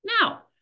Now